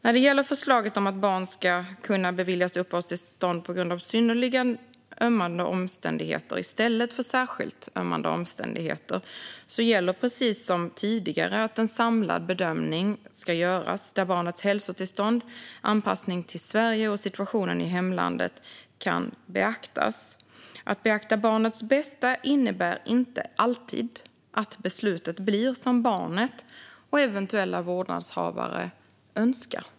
När det gäller förslaget att barn ska kunna beviljas uppehållstillstånd på grund av synnerligen ömmande omständigheter i stället för särskilt ömmande omständigheter gäller precis som tidigare att en samlad bedömning ska göras där barnets hälsotillstånd, anpassning till Sverige och situation i hemlandet kan beaktas. Att beakta barnets bästa innebär inte alltid att beslutet blir som barnet och eventuella vårdnadshavare önskar.